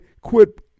quit